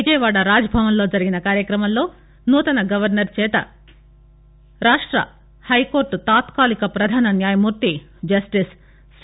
విజయవాడ రాజ్భవన్లో జరిగిన కార్యక్రమంలో నూతన గవర్నర్ చేత రాష్ట్ర హైకోర్టు తాత్కాలిక ప్రధాన న్యాయమూర్తి జస్టిస్ సి